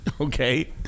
Okay